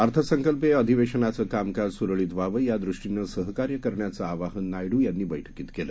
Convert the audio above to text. अर्थसंकल्पीयअधिवेशनाचंकामकाजसुरळीतव्हावंयादृष्टीनंसहकार्यकरण्याचंआवाहननायडूयांनीबक्कीतकेलं